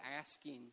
asking